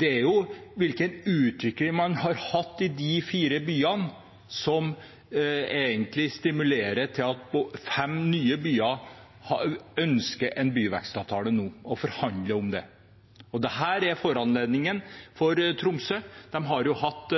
Det er utviklingen man har hatt i de fire byene som egentlig stimulerer til at fem nye byer ønsker en byvekstavtale nå og forhandler om det. Dette er foranledningen for Tromsø. De har hatt